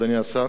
אדוני השר,